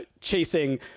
chasing